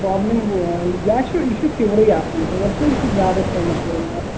problem یہِ ٲسوٕ یہِ چھُ فیٛورَے آسان فِیٛور چھُ یہِ چھُ زیادَس ٹایمَس روزان اَتھ